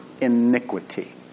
iniquity